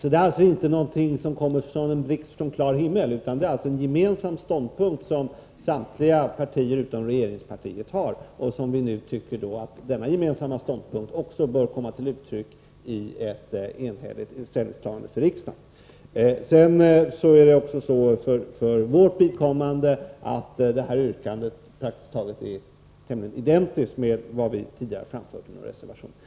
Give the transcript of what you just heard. Det är alltså inte någonting som kommer som en blixt från klar himmel, utan det är en gemensam ståndpunkt som samtliga partier utom regeringspartiet har intagit och som vi tycker bör komma till uttryck i ett ställningstagande för riksdagen. För vårt vidkommande är detta yrkande praktiskt taget identiskt med vad vi tidigare har framfört i en reservation.